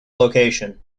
location